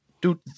Dude